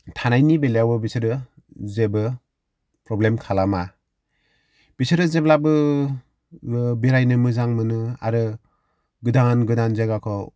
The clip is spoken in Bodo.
थानायनि बेलायावबो बिसोरो जेबो प्रब्लेम खालामा बिसोरो जेब्लाबो बेरायनो मोजां मोनो आरो गोदान गोदान जायगाखौ